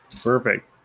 perfect